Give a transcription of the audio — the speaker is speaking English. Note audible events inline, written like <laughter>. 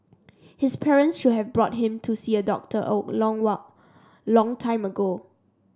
his parents should have brought him to see a doctor a long <unintelligible> a long time ago